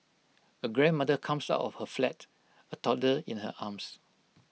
A grandmother comes out of her flat A toddler in her arms